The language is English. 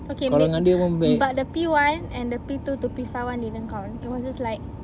okay may~ but the P one and the P two to P five [one] didn't count it was just like